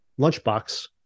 lunchbox